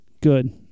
good